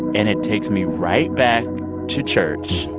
and it takes me right back to church,